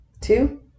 Two